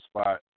spot